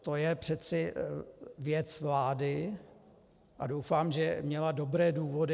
To je přece věc vlády a doufám, že měla dobré důvody.